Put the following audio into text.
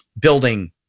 building